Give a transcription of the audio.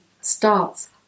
starts